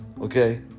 okay